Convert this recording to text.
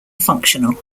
functional